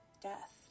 death